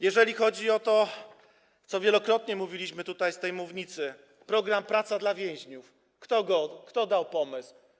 Jeżeli chodzi o to, co wielokrotnie mówiliśmy tutaj, z tej mównicy, o program „Praca dla więźniów”, to kto dał pomysł?